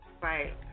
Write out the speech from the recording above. Right